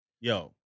Yo